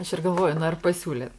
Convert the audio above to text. aš ir galvoju na ar pasiūlėt